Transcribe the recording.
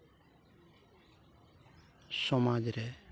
ᱥᱚᱢᱟᱡᱽ ᱨᱮ